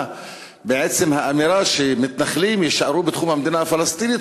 בעצם האמירה שמתנחלים יישארו בתחום המדינה הפלסטינית,